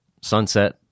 sunset